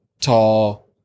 tall